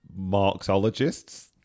Marxologists